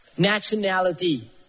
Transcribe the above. nationality